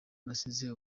nasize